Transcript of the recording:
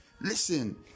listen